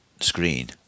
screen